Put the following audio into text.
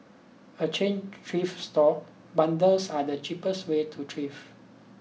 a chain thrift store bundles are the cheapest way to thrift